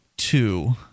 two